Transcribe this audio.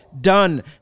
done